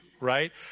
right